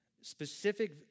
specific